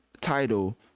title